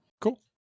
cool